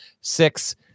six